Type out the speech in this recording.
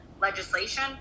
legislation